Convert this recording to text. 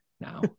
now